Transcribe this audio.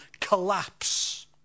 collapse